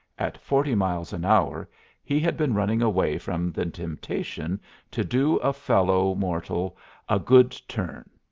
at forty miles an hour he had been running away from the temptation to do a fellow mortal a good turn.